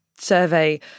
survey